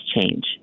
change